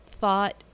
thought